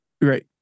right